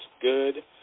good